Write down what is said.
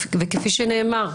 וכפי שנאמר,